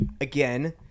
Again